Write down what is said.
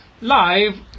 Live